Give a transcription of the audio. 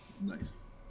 Nice